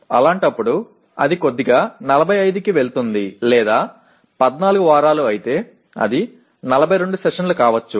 అలాంటప్పుడు అది కొద్దిగా 45 కి వెళ్తుంది లేదా 14 వారాలు అయితే అది 42 సెషన్లు కావచ్చు